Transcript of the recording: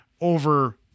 over